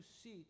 seek